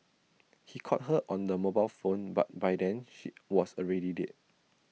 he called her on her mobile phone but by then she was already dead